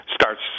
starts